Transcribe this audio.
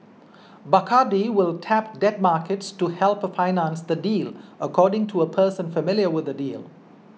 Bacardi will tap debt markets to help for finance the deal according to a person familiar with the deal